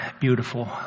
beautiful